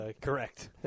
Correct